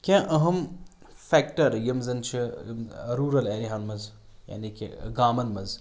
کیٛنٚہہ اہم فیٚکٹر یم زن چھِ روٗرَل ایریاہَن منٛز یعنے کہِ گامَن منٛز